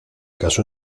casó